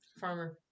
Farmer